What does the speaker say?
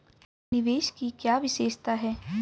निवेश की क्या विशेषता है?